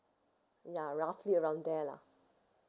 ya roughly around there lah